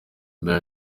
mbere